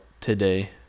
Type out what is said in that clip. Today